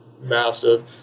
massive